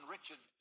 Richard